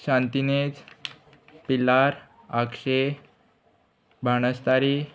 शांत इनेज पिलार आगशे बाणस्तारी